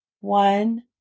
one